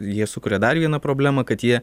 jie sukuria dar vieną problemą kad jie